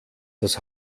das